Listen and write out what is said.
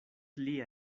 lia